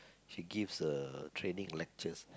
she give a training lectures